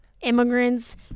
immigrants